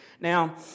Now